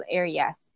areas